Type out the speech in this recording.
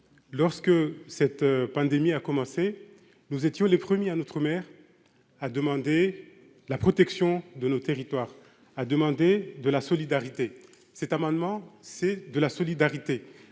lorsque cette pandémie a commencé, nous étions les premiers à notre mère a demandé la protection de nos territoires, a demander de la solidarité, cet amendement, c'est de la solidarité